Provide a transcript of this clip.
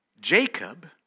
Jacob